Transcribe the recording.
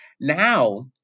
Now